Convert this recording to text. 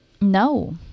No